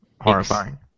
Horrifying